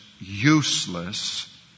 useless